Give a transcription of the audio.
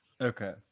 Okay